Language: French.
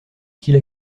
style